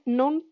non